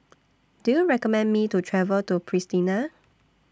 Do YOU recommend Me to travel to Pristina